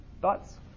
thoughts